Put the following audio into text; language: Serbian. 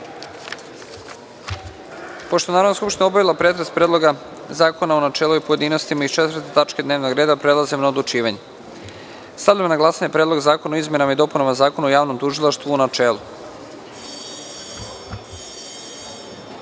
je Narodna skupština obavila pretres Predloga zakona u načelu i u pojedinostima iz 4. tačke dnevnog reda, prelazimo na odlučivanje. Stavljam na glasanje Predlog zakona o izmenama i dopunama Zakona o javnom tužilaštvu, u načelu. Molim